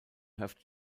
have